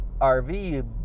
RV